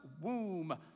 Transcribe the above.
womb